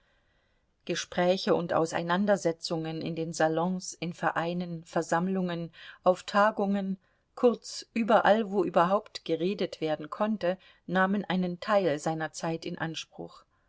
gespräche und auseinandersetzungen in den salons in vereinen versammlungen auf tagungen kurz überall wo überhaupt geredet werden konnte nahmen einen teil seiner zeit in anspruch